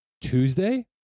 Tuesday